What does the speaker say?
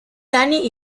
danny